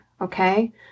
okay